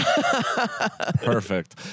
Perfect